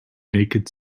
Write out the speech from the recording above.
naked